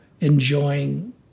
enjoying